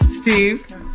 Steve